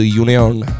Union